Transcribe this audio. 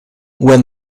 when